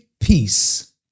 Peace